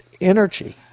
energy